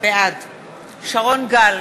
בעד שרון גל,